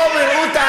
איך